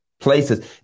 places